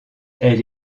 elle